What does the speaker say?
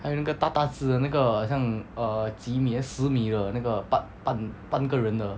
还有那个大大只的那个很像 err 几米很像十米的那个半半半个人的